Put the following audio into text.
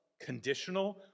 conditional